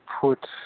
put